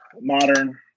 modern